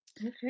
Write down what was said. Okay